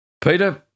Peter